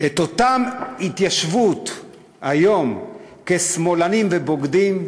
היום את אותה התיישבות כשמאלנים ובוגדים,